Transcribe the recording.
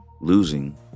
Losing